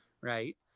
right